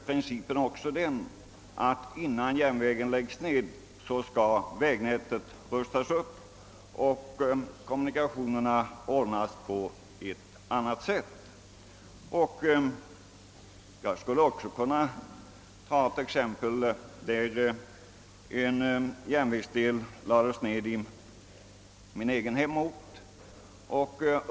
Principen är också den att vägnätet, innan järnvägsdelen läggs ned, skall rustas upp och kommunikationerna ordnas på annat sätt. Jag skulle också kunna ta ett exempel från min egen hemort, där en järnvägsdel lades ned.